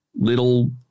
little